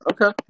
Okay